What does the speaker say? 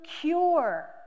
cure